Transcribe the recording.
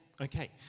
okay